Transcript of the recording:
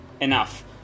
enough